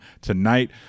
tonight